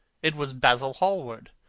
it was basil hallward.